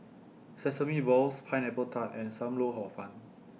Sesame Balls Pineapple Tart and SAM Lau Hor Fun